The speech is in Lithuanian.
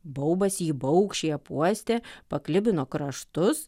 baubas jį baugščiai apuostė paklibino kraštus